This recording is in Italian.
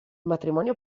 matrimonio